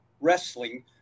wrestling